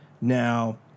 Now